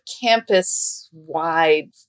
campus-wide